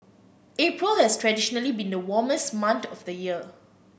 April has traditionally been the warmest month of the year